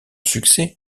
succès